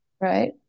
right